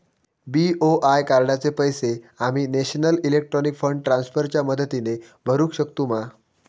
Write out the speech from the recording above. BOI कार्डाचे पैसे आम्ही नेशनल इलेक्ट्रॉनिक फंड ट्रान्स्फर च्या मदतीने भरुक शकतू मा?